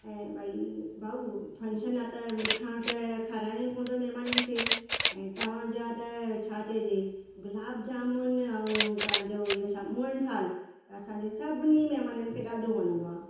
ऐं भई भाऊ फंक्शन आहे त मिठाण त खाराइणो ई पवंदो महिमाननि खे ऐं तव्हांजा त छा चइजे गुलाब जामुन ऐं तव्हांजो इहो छा मुअण थाल असांजे सभिनी महिमननि खे ॾाढो वणंदो आहे